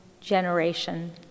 generation